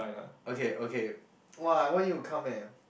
okay okay !wah! why you come eh